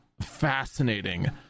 fascinating